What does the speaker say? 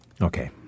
Okay